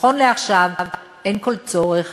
ונכון לעכשיו אין כל צורך